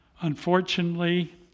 Unfortunately